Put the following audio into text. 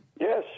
Yes